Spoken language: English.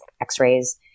x-rays